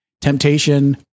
temptation